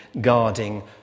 guarding